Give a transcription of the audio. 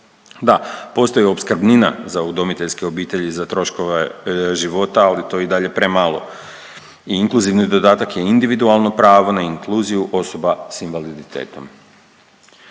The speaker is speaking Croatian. Da, postoji opskrbnima za udomiteljske obitelji za troškove života, ali to je i dalje premalo i inkluzivni dodatak je individualno pravo na inkluziju osoba s invaliditetom.